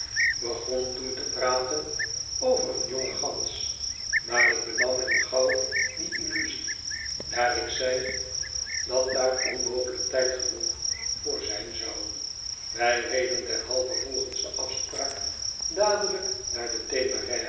begon toen te praten over een jonge gans maar ik benam hem gauw die illusie daar ik zei dat daar onmogelijk tijd genoeg voor zijn zou wij reden derhalve volgens de afspraak dadelijk naar de